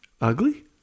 ugly